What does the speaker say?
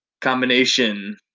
combination